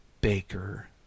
baker